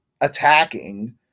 attacking